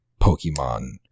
Pokemon